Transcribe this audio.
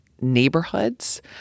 neighborhoods